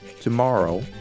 Tomorrow